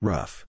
Rough